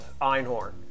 Einhorn